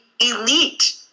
elite